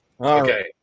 Okay